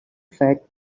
fact